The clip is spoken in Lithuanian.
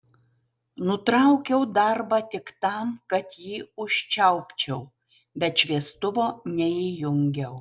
nutraukiau darbą tik tam kad jį užčiaupčiau bet šviestuvo neįjungiau